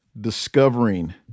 Discovering